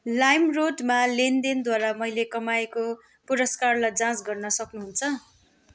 लाइमरोडमा लेनदेनद्वारा मैले कमाएको पुरस्कारलाई जाँच गर्न सक्नुहुन्छ